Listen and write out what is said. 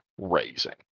raising